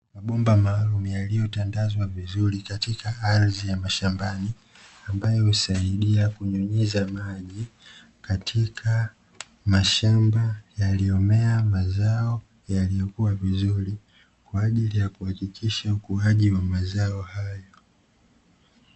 Mabomba maalumu yaliyotandazwa vizuri katika ardhi ya mashambani, ambayo husaidia kunyunyiza maji katika mashamba yaliyomea mazao yaliyokuwa vizuri kwa ajili ya kuhakikisha ukuaji wa mazao hayo.